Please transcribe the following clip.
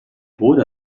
wurde